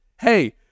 Hey